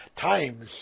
times